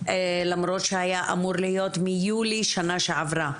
למרות שהיה אמור להיות ביולי שנה שעברה.